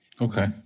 Okay